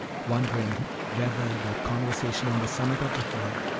wondering whether that conversation on the summit of the hill,